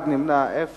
1, נמנעים,